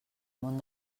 món